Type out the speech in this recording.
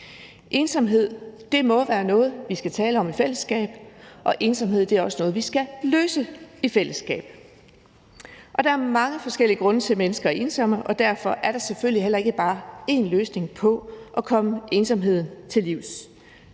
Ensomhed må være noget, vi skal tale om i fællesskab, og ensomhed er også noget, vi skal løse i fællesskab. Der er mange forskellige grunde til, at mennesker er ensomme, og derfor er der selvfølgelig heller ikke bare én løsning på at komme ensomheden til livs,